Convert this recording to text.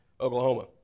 Oklahoma